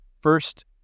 First